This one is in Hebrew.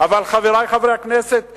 אבל חברי חברי הכנסת,